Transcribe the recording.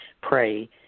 pray